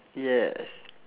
yes